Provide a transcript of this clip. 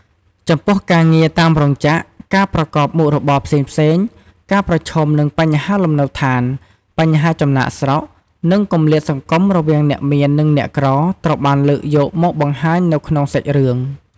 ចំពោះការងារតាមរោងចក្រ ការប្រកបមុខរបរផ្សេងៗ ការប្រឈមនឹងបញ្ហាលំនៅឋាន បញ្ហាចំណាកស្រុក និងគម្លាតសង្គមរវាងអ្នកមាននិងអ្នកក្រ ត្រូវបានលើកយកមកបង្ហាញនៅក្នុងសាច់រឿង ។